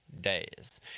days